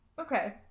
Okay